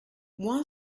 moi